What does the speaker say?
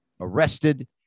arrested